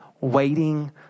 waiting